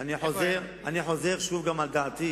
זה יישוב שצריך הכרה.